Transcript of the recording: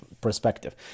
perspective